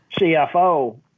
CFO